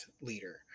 leader